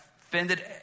offended